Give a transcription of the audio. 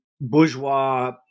bourgeois